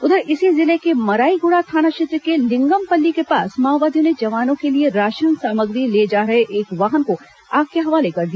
उधर इसी जिले के मराईगुड़ा थाना क्षेत्र के लिंगमपल्ली के पास माओवादियों ने जवानों के लिए राशन सामग्री ले जा रहे एक वाहन को आग के हवाले कर दिया